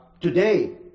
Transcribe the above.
today